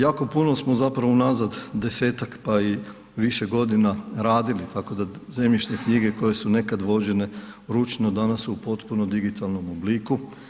Jako puno smo zapravo u nazad 10-tak pa i više godina radili tako da zemljišne knjige koje su nekada vođene ručno danas su u potpuno digitalnom obliku.